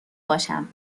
باشم